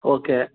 okay